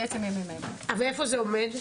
בעצם הם --- ואיפה זה עומד?